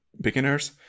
beginners